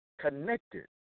connected